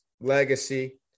legacy